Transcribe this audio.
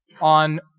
on